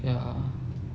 ya